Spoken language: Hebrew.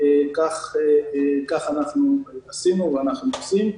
כך אנחנו עשינו ואנחנו עושים,